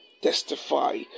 testify